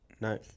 No